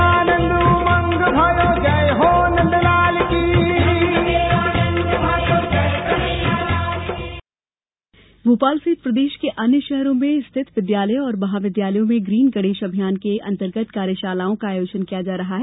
एप्को गणेश भोपाल सहित प्रदेश के अन्य शहरों में स्थित विद्यालय एवं महाविद्यालयों में ग्रीन गणेश अभियान के अंतर्गत कार्यशालाओं का आयोजन किया जा रहा है